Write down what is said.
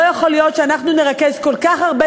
לא יכול להיות שאנחנו נרכז כל כך הרבה